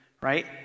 right